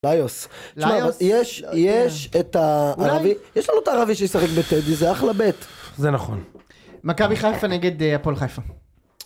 יש... יש את הערבי... יש לנו את הערבי שישחק בטדי, זה אחלה בית. זה נכון. מכבי חיפה נגד הפועל חיפה.